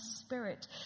Spirit